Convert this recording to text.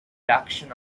production